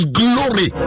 glory